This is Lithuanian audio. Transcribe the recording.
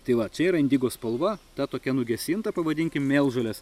tai va čia yra indigo spalva ta tokia nugesinta pavadinkim mėlžolės